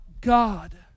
God